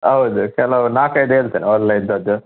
ಹೌದು ಕೆಲವು ನಾಲ್ಕೈದು ಹೇಳ್ತೇನೆ ಒಳ್ಳೆ ಇದ್ದದ್ದು